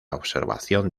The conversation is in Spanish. observación